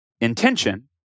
intention